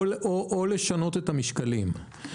או לשנות את המשקלים.